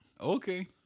Okay